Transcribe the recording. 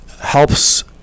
helps